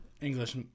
english